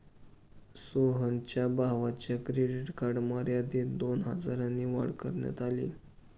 सोहनच्या भावाच्या credit card मर्यादेत दोन हजारांनी वाढ करण्यात आली